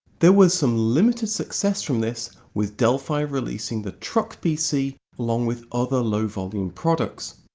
there was some limited success from this, with delphi releasing the truck pc along with other low volume products.